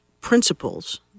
principles